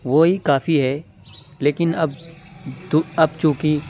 وہی کافی ہے لیکن اب تو اب چوں کہ